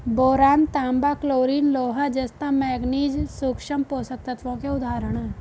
boron, तांबा, chlorine, लोहा, जस्ता, मैंगनीज सूक्ष्म पोषक तत्वों के उदाहरण हैं